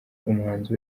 umuhanzi